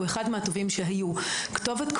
ששיתוף הפעולה עם אופק הוא אחד מהטובים שהיו.